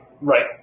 Right